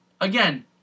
again